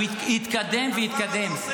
הוא יתקדם ויתקדם,